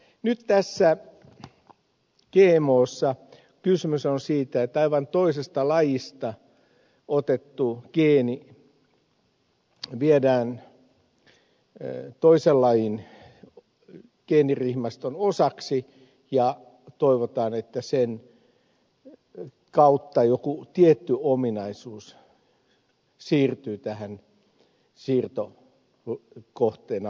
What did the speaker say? nyt tässä gmossa kysymys on siitä että aivan toisesta lajista otettu geeni viedään toisen lajin geenirihmaston osaksi ja toivotaan että sen kautta joku tietty ominaisuus siirtyy tähän siirtokohteena olevaan lajiin